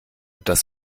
dass